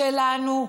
שלנו,